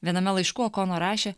viename laiškų okonur rašė